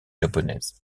japonaises